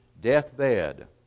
deathbed